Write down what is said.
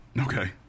Okay